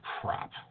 crap